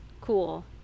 Cool